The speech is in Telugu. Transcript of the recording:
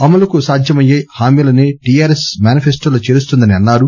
అమలుకు సాధ్యమయ్యే హామీలసే టీఆర్ఎస్ మేనిఫెస్టోలో చేరుస్తుందని అన్సారు